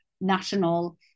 national